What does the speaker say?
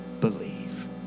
believe